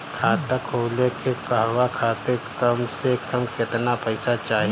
खाता खोले के कहवा खातिर कम से कम केतना पइसा चाहीं?